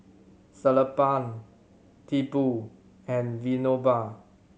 Sellapan Tipu and Vinoba